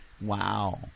wow